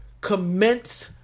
commence